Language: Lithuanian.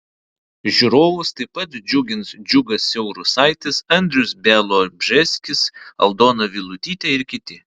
žiūrovus taip pat džiugins džiugas siaurusaitis andrius bialobžeskis aldona vilutytė ir kiti